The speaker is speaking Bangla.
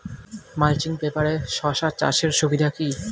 মালচিং পেপারে শসা চাষের সুবিধা কি?